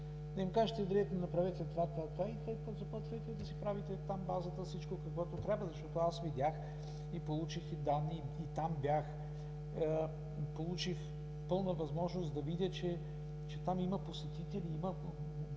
да им кажете директно: „Направете това, това и това“, и започвайки там да си правите базата, всичко каквото трябва, защото аз видях, получих и данни, и там бях, получих пълна възможност да видя, че там има посетители и